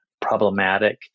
problematic